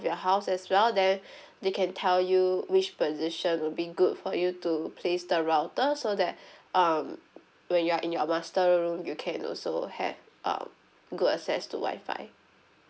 your house as well then they can tell you which position would be good for you to place the router so that um when you are in your master room you can also have um good access to wifi